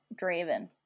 Draven